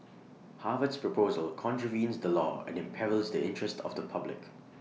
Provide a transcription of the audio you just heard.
Harvard's proposal contravenes the law and imperils the interest of the public